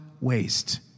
waste